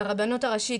לרבנות הראשית,